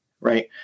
right